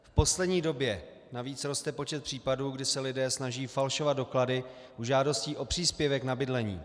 V poslední době navíc roste počet případů, kdy se lidé snaží falšovat doklady u žádostí o příspěvek na bydlení.